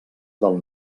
del